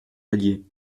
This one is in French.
allier